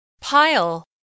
pile